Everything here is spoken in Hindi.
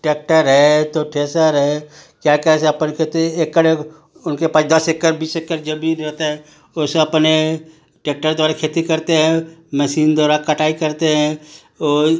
ट्रैक्टर है तो थ्रेसर हैं क्या क्या से अपन खेती उनके पास दस एकड़ बीस एकड़ ज़मीन होते हैं उसमें अपने ट्रेक्टर द्वारा खेती करते हैं मसीन द्वारा कटाई करते हैं